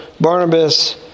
Barnabas